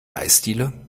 eisdiele